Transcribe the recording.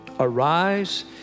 Arise